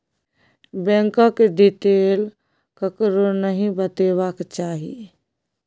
बैंकक डिटेल ककरो नहि बतेबाक चाही